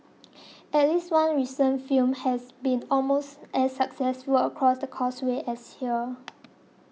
at least one recent film has been almost as successful across the Causeway as here